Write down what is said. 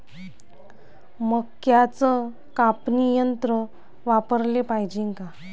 मक्क्याचं कापनी यंत्र वापराले पायजे का?